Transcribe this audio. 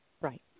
Right